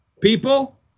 People